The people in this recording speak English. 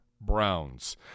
Browns